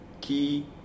key